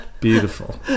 beautiful